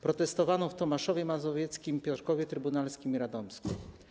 Protestowano w Tomaszowie Mazowieckim, Piotrkowie Trybunalskim i Radomsku.